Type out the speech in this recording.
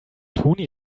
toni